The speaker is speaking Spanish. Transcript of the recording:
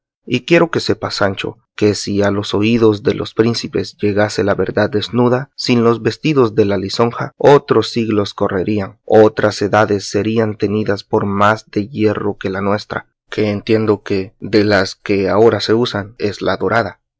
y quiero que sepas sancho que si a los oídos de los príncipes llegase la verdad desnuda sin los vestidos de la lisonja otros siglos correrían otras edades serían tenidas por más de hierro que la nuestra que entiendo que de las que ahora se usan es la dorada